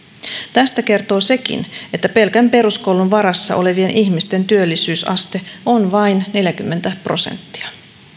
tästä kertoo sekin että pelkän peruskoulun varassa olevien ihmisten työllisyysaste on vain neljäkymmentä prosenttia